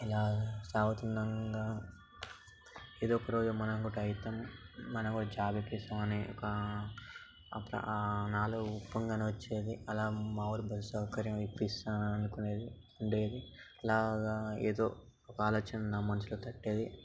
ఇలాగ సాగుతుండంగా ఏదో ఒక రోజు మనం కూడా అవుతాం మనం కూడా జాబ్ ఇప్పిస్తామని ఒక ఒక నాలో ఉప్పొంగన వచ్చేది అలా మా ఊరి బస్సు సౌకర్యం ఇప్పిస్తాను అనుకునేది ఉండేది అలాగ ఎదో ఆలోచన నా మనసులో తట్టేది